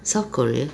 south korea